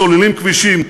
סוללים כבישים,